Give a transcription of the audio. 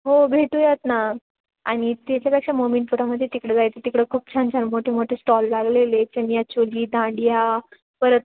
हो भेटूयात ना आणि त्याच्यापेक्षा मोमीनपुरामध्ये तिकडं जायचं तिकडं खूप छान छान मोठे मोठे स्टॉल लागलेले चनियाचोली दांडिया परत